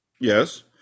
Yes